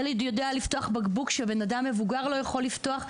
ילד יודע לפתוח בקבוק שבן אדם מבוגר לא יכול לפתוח.